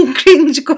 cringe